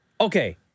Okay